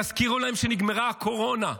תזכירו להם שנגמרה הקורונה,